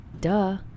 duh